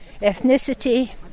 ethnicity